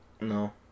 No